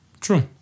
True